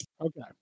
Okay